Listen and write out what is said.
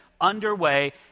underway